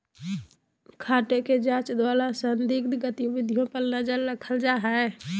खाते के जांच द्वारा संदिग्ध गतिविधियों पर नजर रखल जा हइ